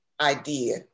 idea